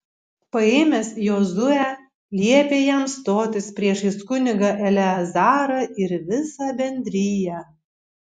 paėmęs jozuę liepė jam stotis priešais kunigą eleazarą ir visą bendriją